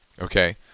Okay